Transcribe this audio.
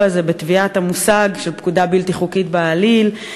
הזה בטביעת המושג של פקודה בלתי חוקית בעליל,